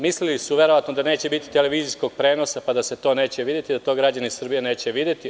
Mislili su verovatno da neće biti televizijskog prenosa, pa da se to neće videti, da to građani Srbije neće videti.